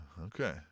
Okay